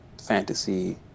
fantasy